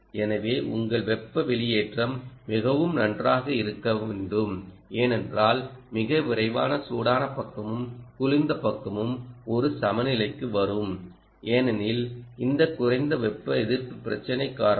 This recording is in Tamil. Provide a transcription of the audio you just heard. எனவே உங்கள் வெப்ப வெளியேற்றம் மிகவும் நன்றாக இருக்க வேண்டும் ஏனென்றால் மிக விரைவில் சூடான பக்கமும் குளிர்ந்த பக்கமும் ஒரு சமநிலைக்கு வரும் ஏனெனில் இந்த குறைந்த வெப்ப எதிர்ப்பு பிரச்சினை காரணமாக